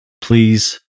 please